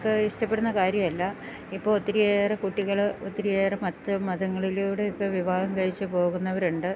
നമുക്ക് ഇഷ്ടപ്പെടുന്ന കാര്യമല്ല ഇപ്പം ഒത്തിരിയേറെ കുട്ടികൾ ഒത്തിരിയേറെ മറ്റ് മതങ്ങളിലൂടെയൊക്കെ വിവാഹം കഴിച്ച് പോകുന്നവർ ഉണ്ട്